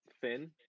thin